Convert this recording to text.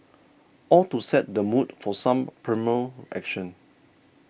all to set the mood for some primal action